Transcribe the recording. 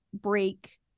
break